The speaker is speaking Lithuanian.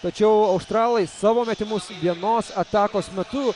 tačiau australai savo metimus vienos atakos metu